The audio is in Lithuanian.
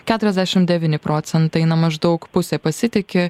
keturiasdešim devyni procentai na maždaug pusė pasitiki